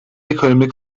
ekonomik